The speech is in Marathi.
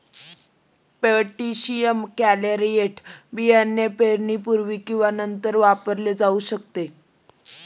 पोटॅशियम क्लोराईड बियाणे पेरण्यापूर्वी किंवा नंतर वापरले जाऊ शकते